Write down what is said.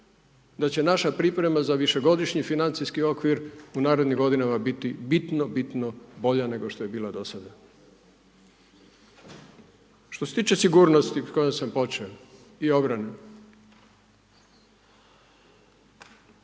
da će naša priprema za višegodišnji financijski okvir u narednim godinama biti bitno, bitno bolja nego što je bila do sada. Što se tiče sigurnosti o kojoj sam počeo i obrani,